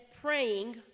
praying